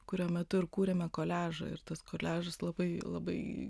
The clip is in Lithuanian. kurio metu ir kūrėme koliažą ir tas koliažas labai labai